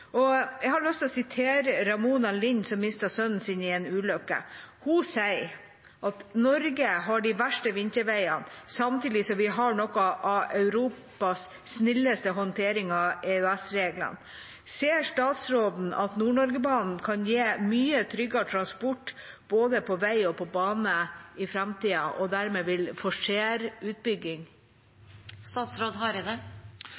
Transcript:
Jeg har lyst til å sitere Ramona Lind, som mistet sønnen sin i en ulykke. Hun sier: «Norge har de verste vinterveiene. Samtidig har vi noe av Europas snilleste håndtering av EØS-reglene.» Ser statsråden at Nord-Norge-banen kan gi mye tryggere transport både på vei og på bane i framtida, og vil han dermed